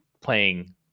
playing